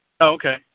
Okay